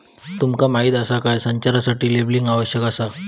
तुमका माहीत आसा काय?, संचारासाठी लेबलिंग आवश्यक आसा